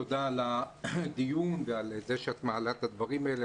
תודה על הדיון ועל כך שאת מעלה את הדברים האלה.